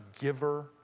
giver